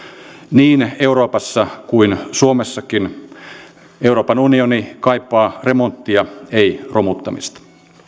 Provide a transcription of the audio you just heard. niin euroopassa kuin suomessakin euroopan unioni kaipaa remonttia ei romuttamista